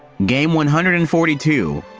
game one hundred and forty two,